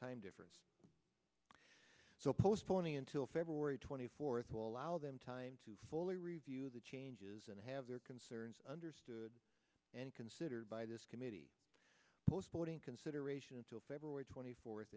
time difference so postponing until february twenty fourth will allow them time to fully review the changes and have their concerns understood and considered by this committee postponing consideration until february twenty four